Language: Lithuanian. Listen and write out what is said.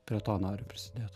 prie to noriu prisidėt